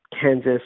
Kansas